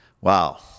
Wow